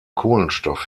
kohlenstoff